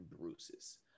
bruises